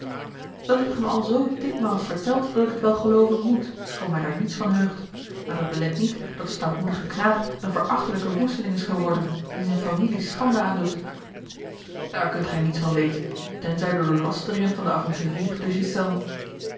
dat hebt gij mij al zoo dikmaals verteld dat ik het wel gelooven moet schoon mij daar niets van heugt maar dat belet niet dat de stoutmoedige knaap een verachtelijke woesteling is geworden die zijne familie schande aandoet daar kunt gij niets van weten tenzij door de lasteringen van den avonturier